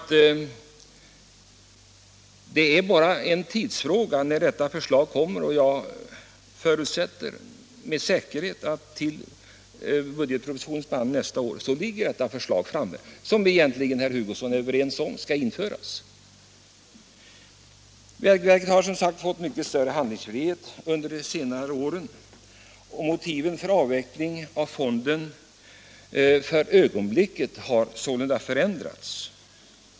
Vi är, herr Hugosson, överens om att dessa förändringar skall genomföras. Vägverket har som sagt fått mycket större handlingsfrihet under senare år, och motiven för avveckling av fonden omedelbart har sålunda förändrats.